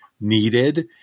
needed